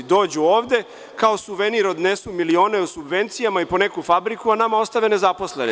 Dođu ovde kao suvenir odnesu milione u subvencijama i po neku fabriku, a nama ostave nezaposlene.